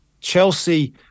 Chelsea